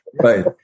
Right